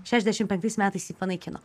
šešiasdešim penktais metais ji panaikino